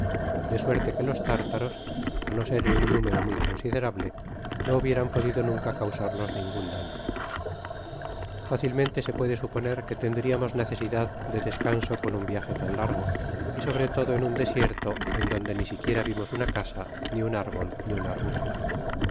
de muralla rte suerte que los tartaros á no ser en un número muy considerable no hubieran podido nunca causarnos ningun daño fácilmente se puede suponer que tendriamos necesidad de descanso con un viaje tan largo y sobre todo en nn desierto en donde ni siquiera vimos una casa ni un árbol ni un arbusto